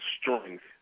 strength